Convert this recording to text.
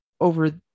over